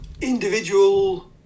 individual